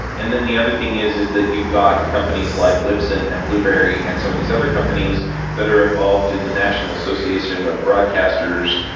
and then the other thing is, is that you've got companies like libsyn and blueberry and some of these other companies that are involved in the national association of broadcasters,